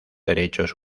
derechos